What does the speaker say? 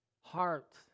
heart